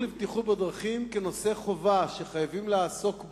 לבטיחות בדרכים כנושא חובה שחייבים לעסוק בו.